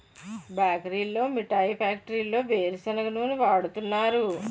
బేకరీల్లో మిఠాయి ఫ్యాక్టరీల్లో వేరుసెనగ నూనె వాడుతున్నారు